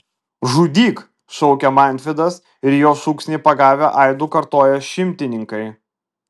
žudyk šaukia mantvydas ir jo šūksnį pagavę aidu kartoja šimtininkai